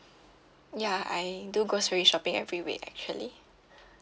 ya I do grocery shopping every week actually